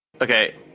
okay